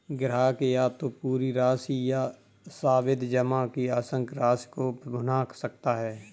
ग्राहक या तो पूरी राशि या सावधि जमा की आंशिक राशि को भुना सकता है